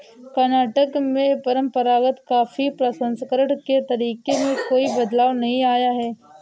कर्नाटक में परंपरागत कॉफी प्रसंस्करण के तरीके में कोई बदलाव नहीं आया है